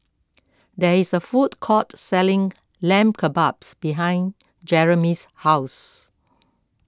there is a food court selling Lamb Kebabs behind Jeremy's house